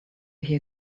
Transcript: hear